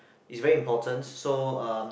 is very important so um